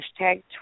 hashtag